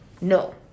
No